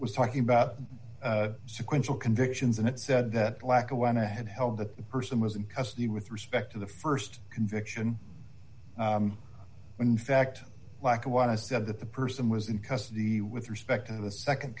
was talking about sequential convictions and it said that lackawanna had held that person was in custody with respect to the st conviction in fact lackawanna said that the person was in custody with respect to the